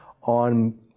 on